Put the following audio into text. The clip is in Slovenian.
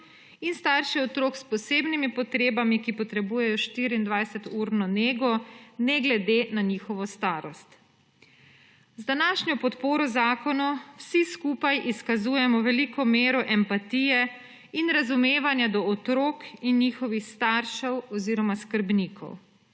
in starši otrok s posebnimi potrebami, ki potrebujejo 24-urno nego, ne glede na starost. Z današnjo podporo zakonu vsi skupaj izkazujemo veliko mero empatije in razumevanja do otrok in njihovih staršev oziroma skrbnikov.